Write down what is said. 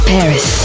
Paris